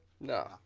No